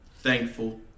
thankful